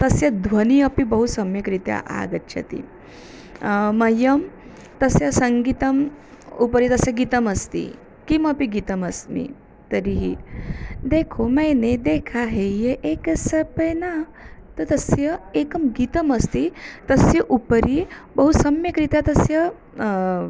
तस्य ध्वनिः अपि बहु सम्यक्रीत्या आगच्छति मह्यं तस्य सङ्गीतम् उपरि तस्य गीतमस्ति किमपि गीतमस्मि तर्हि देखो मे ने देखा है ये एकसपन तु तस्य एकं गीतमस्ति तस्य उपरि बहु सम्यक्रीत्या तस्य